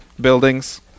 buildings